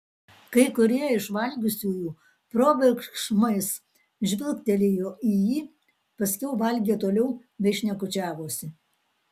kai kurie iš valgiusiųjų probėgšmais žvilgtelėjo į jį paskiau valgė toliau bei šnekučiavosi